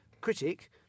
critic